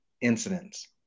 incidents